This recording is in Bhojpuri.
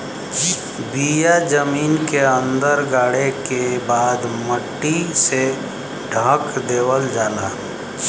बिया जमीन के अंदर गाड़े के बाद मट्टी से ढक देवल जाला